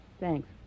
Thanks